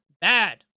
bad